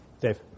Dave